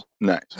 nice